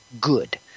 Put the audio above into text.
good